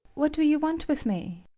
what do you want with me?